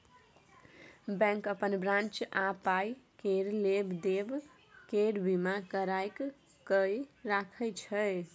bank अपन branch आ पाइ केर लेब देब केर बीमा कराए कय राखय छै